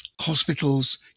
hospitals